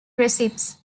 recipes